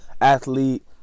athlete